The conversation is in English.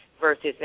Versus